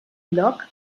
lloc